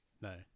No